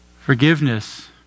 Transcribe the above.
forgiveness